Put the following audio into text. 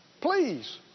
Please